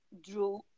drew